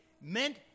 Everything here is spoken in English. meant